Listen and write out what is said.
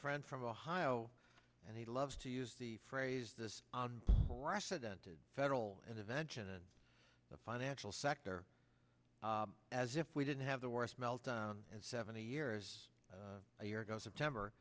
friend from ohio and he loves to use the phrase this federal intervention in the financial sector as if we didn't have the worst meltdown at seventy years a year ago september